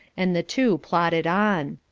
and the two plodded on.